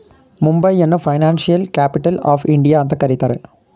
ಮುಂಬೈಯನ್ನು financial capital of India ಅಂತ ಕರಿತರೆ